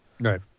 Right